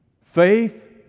Faith